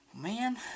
man